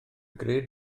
gred